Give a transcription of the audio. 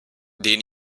denen